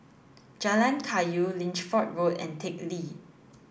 Jalan Kayu Lichfield Road and Teck Lee